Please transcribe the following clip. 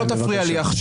אתה לא תפריע לי עכשיו.